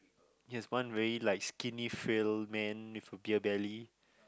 there's one very like skinny frail man with a beer belly